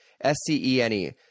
s-c-e-n-e